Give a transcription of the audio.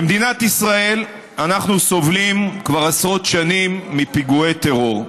במדינת ישראל אנחנו סובלים כבר עשרות שנים מפיגועי טרור.